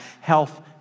health